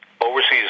overseas